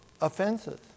offenses